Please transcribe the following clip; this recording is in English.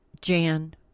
Jan